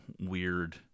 weird